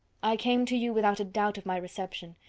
i came to you without a doubt of my reception.